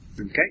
Okay